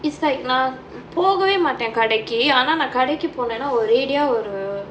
it's like நான் போகவேமாட்டே கடைக்கு ஆனா நான் கடைக்கு போனேனா ஓரேடியா ஒரு:naan pogavaemaatae kadaikku aanaa naan kadaikku ponenaa oraediyaa oru